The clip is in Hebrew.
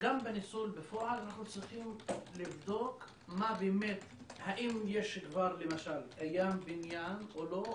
גם בניצול בפועל אנחנו צריכים לבדוק אם כבר קיים בניין או לא,